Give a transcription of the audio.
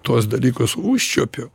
tuos dalykus užčiuopiu